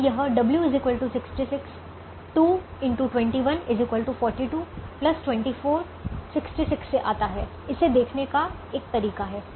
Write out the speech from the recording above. अब यह W 66 42 24 66 से आता है इसे देखने का एक तरीका है